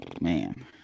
Man